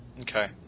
Okay